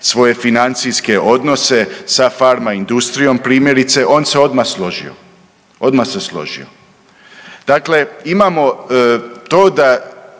svoje financijske odnose sa farma industrijom primjerice. On se odmah složio, odmah se složio. Dakle, imamo to da